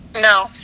No